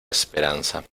esperanza